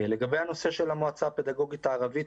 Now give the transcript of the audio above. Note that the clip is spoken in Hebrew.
לגבי הנושא של המועצה הפדגוגית הערבית,